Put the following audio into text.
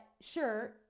sure